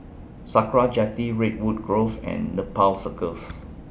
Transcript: Sakra Jetty Redwood Grove and Nepal Circus